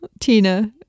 tina